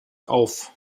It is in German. auf